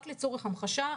רק לצורך המחשה,